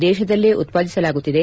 ದೇಶದಲ್ಲೆ ಉತ್ಪಾದಿಸಲಾಗುತ್ತಿದೆ